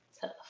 tough